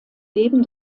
leben